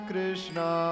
Krishna